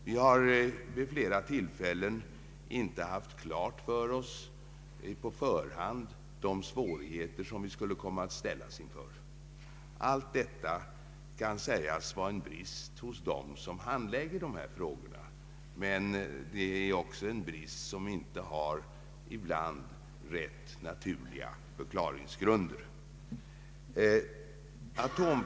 Vi har vid flera tillfällen inte haft klart för oss på förhand de svårigheter som vi skulle komma att ställas inför. Allt detta kan sägas vara en brist hos dem som handlägger dessa frågor. Men det är också en brist som ibland haft rätt naturliga förklaringsgrunder.